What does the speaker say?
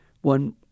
One